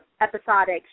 episodic